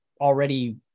already